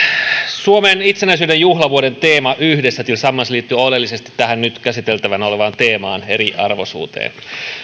suomen itsenäisyyden juhlavuoden teema yhdessä tillsammans liittyy oleellisesti tähän nyt käsiteltävänä olevaan teemaan eriarvoisuuteen